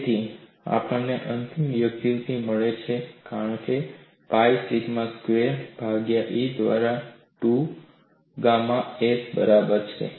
તેથી આપણને અંતિમ અભિવ્યક્તિ મળે છે કારણ કે પાઇ સિગ્મા સ્ક્વેર્ ભાગ્યા E દ્વારા 2 ગામા s બરાબર છે